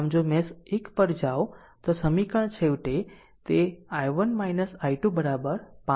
આમ જો મેશ 1 પર જાઓ તો આ સમીકરણ છેવટે તે i1 i2 5 આવે છે